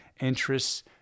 interests